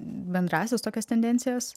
bendrąsias tokias tendencijas